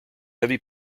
heavy